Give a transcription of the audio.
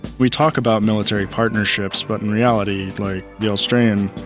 we talk about military partnerships but in reality the australian